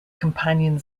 companion